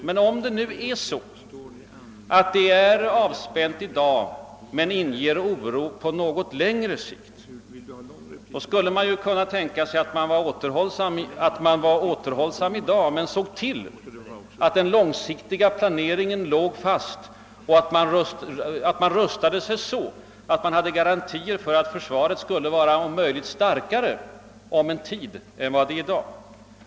Men om läget är avspänt i dag men inger oro på något längre sikt skulle det väl ligga närmast till hands att — även om man är återhållsam med försvarsanslag i dag — se till att den långsiktiga planeringen ligger fast och att man rustar sig så, att man har garantier för att försvaret skall vara om möjligt än starkare om någon tid än det är i dag.